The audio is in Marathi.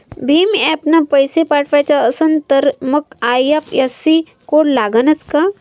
भीम ॲपनं पैसे पाठवायचा असन तर मंग आय.एफ.एस.सी कोड लागनच काय?